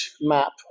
map